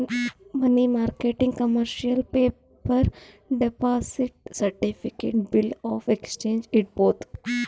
ಮನಿ ಮಾರ್ಕೆಟ್ನಾಗ್ commercial paper, deposit certificate, bills of exchange ಇಡ್ಬೋದ್